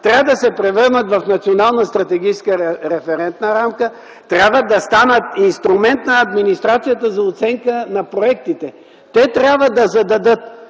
трябва да се превърнат в национална стратегическа референтна рамка, трябва да станат инструмент на администрацията за оценка на проектите. Те трябва да зададат